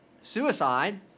suicide